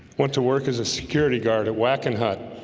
went to work as a security guard at wackenhut